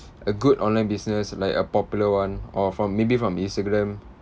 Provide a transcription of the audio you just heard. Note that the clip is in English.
a good online business like a popular one or from maybe from instagram